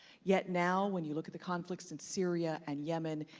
yet now when you look at the conflicts in syria and yemen,